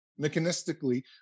mechanistically